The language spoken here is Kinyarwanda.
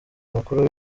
mukuru